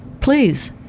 Please